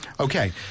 Okay